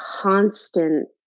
constant